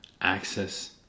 access